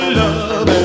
love